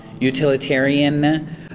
utilitarian